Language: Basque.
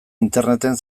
interneten